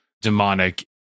demonic